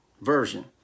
Version